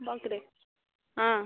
बक रे हाँ